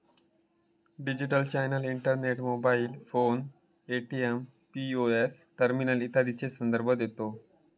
digital channel internet, mobile phone, ATM, POS terminal इत्यादीचो संदर्भ देता